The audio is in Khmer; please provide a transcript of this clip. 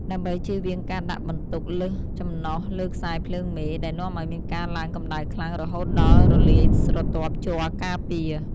ដើម្បីចៀសវាងការដាក់បន្ទុកលើសចំណុះលើខ្សែភ្លើងមេ ដែលនាំឱ្យមានការឡើងកម្ដៅខ្លាំងរហូតដល់រលាយស្រទាប់ជ័រការពារ។